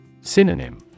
Synonym